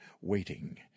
waiting